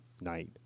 night